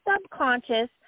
subconscious